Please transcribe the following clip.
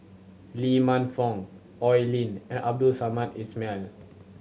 Lee Man Fong Oi Lin and Abdul Samad Ismail